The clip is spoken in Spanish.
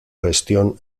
gestión